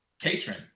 Patron